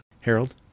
Harold